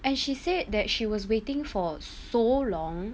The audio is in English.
and she said that she was waiting for so long